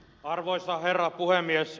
arvoisa herra puhemies